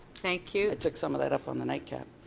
thank you. i took some of that up on the night cap.